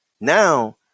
Now